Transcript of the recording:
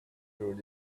through